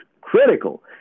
critical